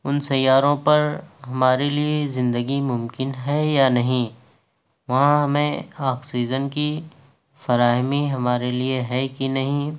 ان سیّاروں پر ہمارے لیے زندگی ممكن ہے یا نہیں وہاں ہمیں آکسیزن کی فراہمی ہمارے لیے ہے کہ نہیں